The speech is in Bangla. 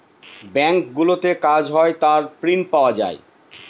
ব্যাঙ্কগুলোতে কাজ হয় তার প্রিন্ট পাওয়া যায়